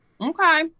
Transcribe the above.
Okay